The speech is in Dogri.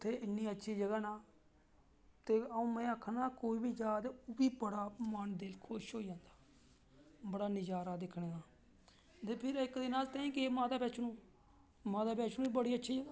ते इन्नी अच्छी जगह न ते अं'ऊ आक्खना कोई बी जा ते ओह्दा मन दिल बी खुश होई जा बड़ा नज़ारा दिक्खने दा ते फिर इक्क दिन अस ताहीं गे माता वैष्णो माता वैष्णो बी बड़ी अच्छी जगह